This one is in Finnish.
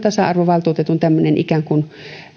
tasa arvovaltuutetun tämmöinen ikään kuin